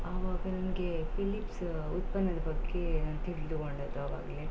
ಆವಾಗ ನನಗೆ ಫಿಲಿಪ್ಸ ಉತ್ಪನ್ನದ ಬಗ್ಗೆ ತಿಳಿದುಕೊಂಡಿದ್ದು ಅವಾಗಲೇ